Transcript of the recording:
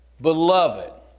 Beloved